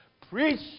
Preach